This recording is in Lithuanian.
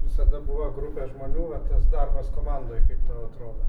visada buvo grupė žmonių va tas darbas komandoj kaip tau atrodo